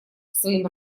своим